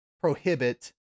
prohibit